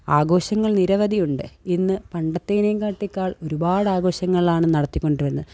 ആഘോഷങ്ങൾ നിരവധിയുണ്ട് ഇന്ന് പണ്ടത്തേനേകാട്ടിക്കാൾ ഒരുപാടാഘോഷങ്ങളാണ് നടത്തി കൊണ്ട് വരുന്നത്